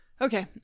Okay